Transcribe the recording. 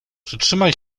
przytrzymaj